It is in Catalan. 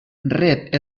rep